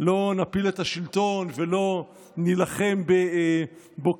לא נפיל את השלטון ולא נילחם בו